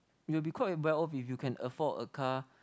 you'll be quite well off if you can afford a car